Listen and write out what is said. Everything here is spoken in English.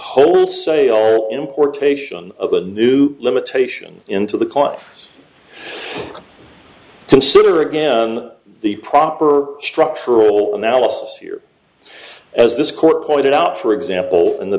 wholesale importation of a new limitation into the cloth consider again the proper structural analysis here as this court pointed out for example in the